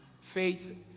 Faith